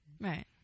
right